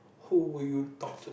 who will you talk to